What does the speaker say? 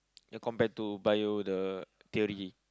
then compared to Bio the theory